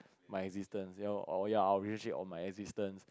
my existence ya lor or ya or our relationship or my existence